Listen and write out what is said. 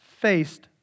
faced